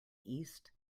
east